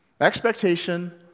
Expectation